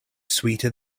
sweeter